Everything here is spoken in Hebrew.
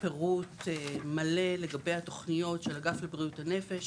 פירוט מלא לגבי התכניות של אגף לבריאות הנפש